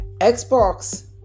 Xbox